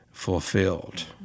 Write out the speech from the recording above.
fulfilled